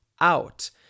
out